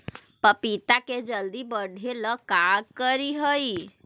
पपिता के जल्दी बढ़े ल का करिअई?